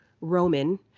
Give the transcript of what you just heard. Roman